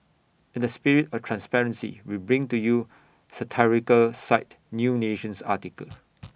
in the spirit of transparency we bring to you satirical site new nation's article